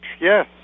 Yes